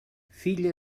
filla